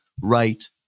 right